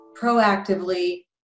proactively